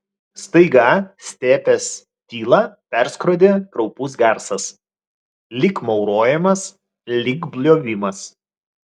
staiga stepės tylą perskrodė kraupus garsas lyg maurojimas lyg bliovimas